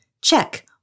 Check